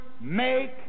make